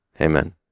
amen